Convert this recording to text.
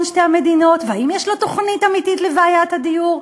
שתי המדינות ואם יש לו תוכנית אמיתית לבעיית הדיור?